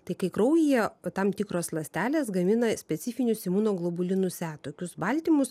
tai kai kraujyje tam tikros ląstelės gamina specifinius imunoglobulinus e tokius baltymus